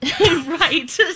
right